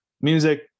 music